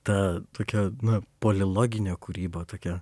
ta tokia na poliloginė kūryba tokia